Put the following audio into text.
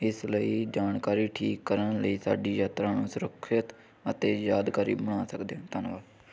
ਇਸ ਲਈ ਜਾਣਕਾਰੀ ਠੀਕ ਕਰਨ ਲਈ ਸਾਡੀ ਯਾਤਰਾ ਨੂੰ ਸੁਰੱਖਿਅਤ ਅਤੇ ਯਾਦਗਾਰੀ ਬਣਾ ਸਕਦੇ ਹੋ ਧੰਨਵਾਦ